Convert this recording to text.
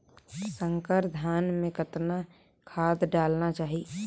संकर धान मे कतना खाद डालना चाही?